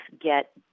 get